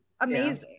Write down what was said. Amazing